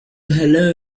hello